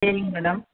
சேரிங்க மேடம்